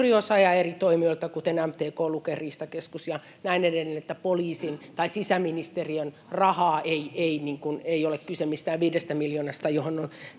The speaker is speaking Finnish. suuri osa ja eri toimijoilta, kuten MTK, Luke, Riistakeskus ja näin edelleen. Mitä tulee sisäministeriön rahaan, niin ei ole kyse mistään viidestä miljoonasta, jota